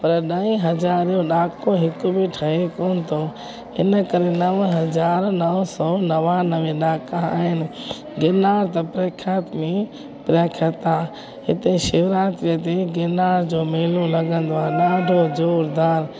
पर ॾहे हज़ारिजो ॾाको हिक बि ठहे कोन थो हिन करे नव हज़ार नव सौ नवानवे ॾाका आहिनि गिरनार त प्रख्यात में प्रख्यात आहे हिते शिवरात्रिअ ते गिरनार जो मेलो लॻंदो आहे ॾाढो ज़ोरदारु